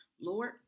Lord